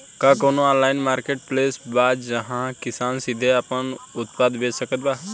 का कउनों online marketplace बा जहां किसान सीधे आपन उत्पाद बेच सकत बा?